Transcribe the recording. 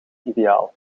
ideaal